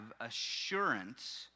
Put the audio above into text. assurance